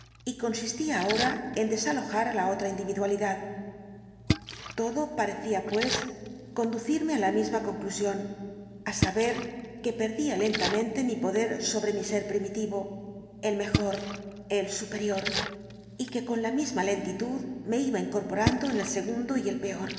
y consistía ahora en desalojar á la otra individualidad todo parecía pues conducirme á la misma conclusión á saber que perdía lentamente mi poder sobre mi ser primitivo el mejor el superior y que con la misma lentitud me iba incorporando en el segundo y el peor